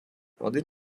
один